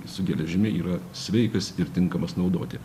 su geležimi yra sveikas ir tinkamas naudoti